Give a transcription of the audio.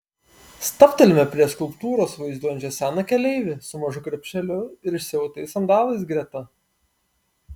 stabtelime prie skulptūros vaizduojančios seną keleivį su mažu krepšeliu ir išsiautais sandalais greta